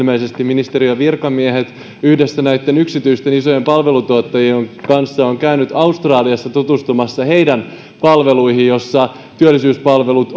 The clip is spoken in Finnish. opintomatkasta ilmeisesti ministeriön virkamiehet yhdessä näitten yksityisten isojen palveluntuottajien kanssa ovat käyneet australiassa tutustumassa heidän palveluihinsa joissa työllisyyspalvelut